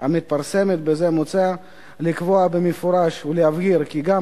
המתפרסמת בזה מוצע לקבוע במפורש ולהבהיר כי גם